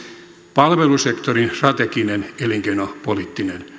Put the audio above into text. palvelusektorin strateginen elinkeinopoliittinen